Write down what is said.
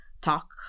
talk